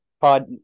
Pod